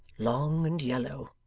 long, and yellow.